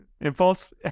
Impulse